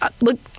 Look